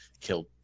killed